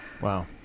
Wow